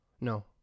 No